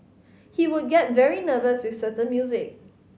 he would get very nervous with certain music